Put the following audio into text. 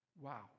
Wow